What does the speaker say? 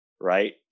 right